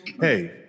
Hey